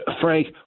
Frank